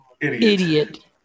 idiot